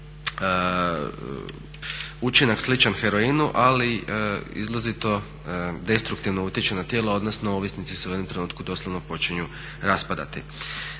učinak sličan heroinu ali izrazito destruktivno utječe na tijelo, odnosno ovisnici se u jednom trenutku doslovno počinju raspadati.